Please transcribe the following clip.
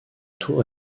tour